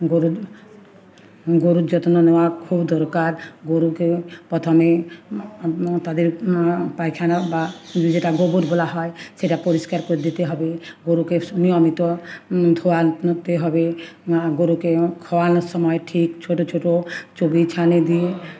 গরুর গরুর যত্ন নেওয়া খুব দরকার গরুকে পথমে তাদের পায়খানা বা যেটা গোবর বলা হয় সেটা পরিষ্কার করে দিতে হবে গরুকে নিয়মিত ধোয়োতে হবে গরুকে খোওয়ানোর সময় ঠিক ছোটো ছোটো ছবি ছানে দিয়ে